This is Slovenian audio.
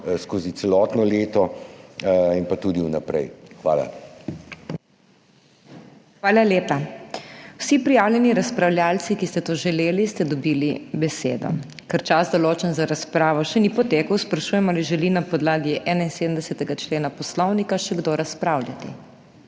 skozi celotno leto in tudi vnaprej. Hvala. PODPREDSEDNICA MAG. MEIRA HOT: Hvala lepa. Vsi prijavljeni razpravljavci, ki ste to želeli, ste dobili besedo. Ker čas, določen za razpravo, še ni potekel, sprašujem, ali želi na podlagi 71. člena Poslovnika še kdo razpravljati.